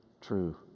true